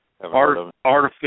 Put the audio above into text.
artificial